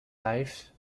life